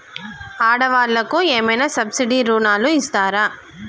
ఆడ వాళ్ళకు ఏమైనా సబ్సిడీ రుణాలు ఇస్తారా?